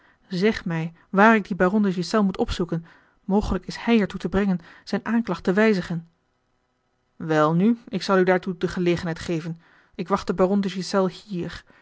zeg mij waar ik dien baron de ghiselles moet opzoeken mogelijk is hij er toe te brengen zijne aanklacht te wijzigen welnu ik zal u daartoe de gelegenheid geven ik wacht den baron de ghiselles hier